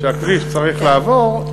שהכביש צריך לעבור,